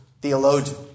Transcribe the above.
theologian